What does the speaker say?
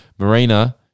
Marina